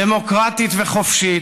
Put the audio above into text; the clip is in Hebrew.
דמוקרטית וחופשית,